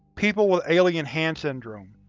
people with alien hand syndrome,